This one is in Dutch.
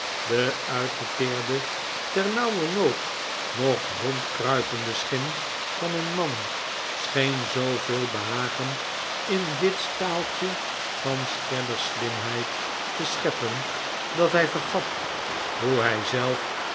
de uitgeteerde ternauwernood nog rondkruipende schim van een man scheen zooveel behagen in dit staaltje van scadder's slimheid te scheppen dat hij vergat hoe hij zelf